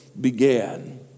began